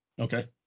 Okay